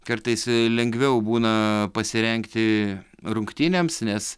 kartais lengviau būnaa pasirengti rungtynėms nes